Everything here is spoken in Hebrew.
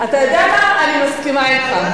אתה יודע מה, אני מסכימה אתך.